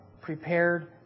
prepared